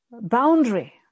boundary